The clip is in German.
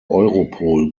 europol